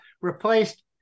replaced